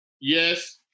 Yes